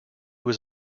was